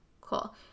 Cool